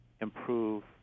improve